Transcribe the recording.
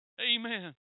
Amen